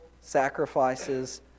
sacrifices